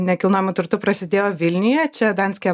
nekilnojamu turtu prasidėjo vilniuje čia danske